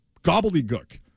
gobbledygook